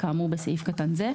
כאמור בסעיף קטן זה,